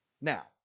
Now